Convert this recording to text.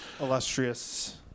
illustrious